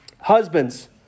Husbands